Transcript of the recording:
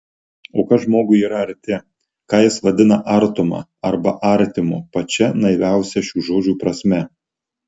o kas žmogui yra arti ką jis vadina artuma arba artimu pačia naiviausia šių žodžių prasme